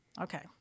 Okay